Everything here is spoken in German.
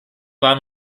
waren